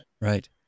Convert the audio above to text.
right